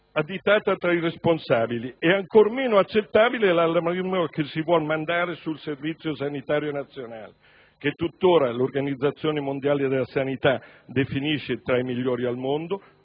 additata tra i responsabili. Ancor meno accettabile è l'allarmismo che si vuol suscitare sul servizio sanitario nazionale, che tuttora l'Organizzazione mondiale della sanità definisce tra i migliori al mondo,